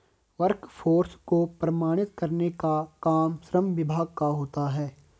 workforce को प्रमाणित करने का काम श्रम विभाग का होता है